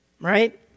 right